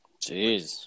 Jeez